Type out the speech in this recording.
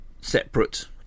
Separate